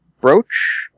brooch